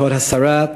כבוד השרה,